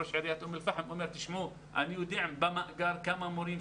ראש עיריית אום אל פאחם ואמר שהוא יודע כמה מורים במאגר